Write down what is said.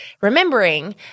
Remembering